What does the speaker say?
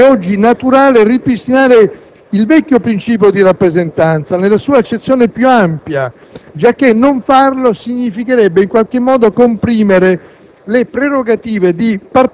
e a maggior ragione, appare oggi naturale ripristinare il vecchio principio di rappresentanza nella sua accezione più ampia, giacché non farlo significherebbe in qualche modo comprimere